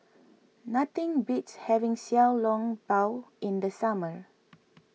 nothing beats having Xiao Long Bao in the summer